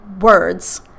words